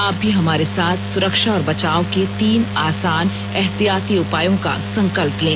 आप भी हमारे साथ सुरक्षा और बचाव के तीन आसान एहतियाती उपायों का संकल्प लें